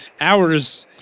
hours